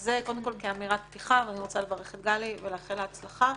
אז זה קודם כל כאמירת פתיחה ואני רוצה לברך את גלי ולאחל לה הצלחה,